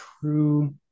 true